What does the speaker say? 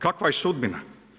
Kakva je sudbina?